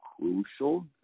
crucial